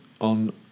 on